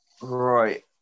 Right